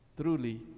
Truly